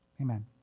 amen